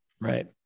right